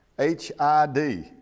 H-I-D